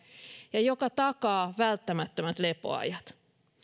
ja joka takaa välttämättömät lepoajat